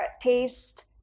taste